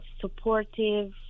supportive